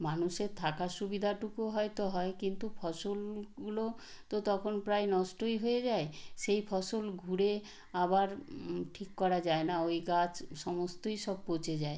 মানুষের থাকার সুবিদাটুকু হয়তো হয় কিন্তু ফসলগুলো তো তখন প্রায় নষ্টই হয়ে যায় সেই ফসল ঘুরে আবার ঠিক করা যায় না ওই গাছ সমস্তই সব পচে যায়